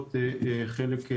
לחוק.